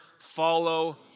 follow